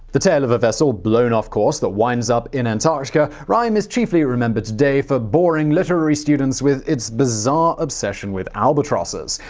the tale of a vessel blown off course that winds up in antarctica, the rime is chiefly remembered today for boring literature students with its bizarre obsession with albatrosses.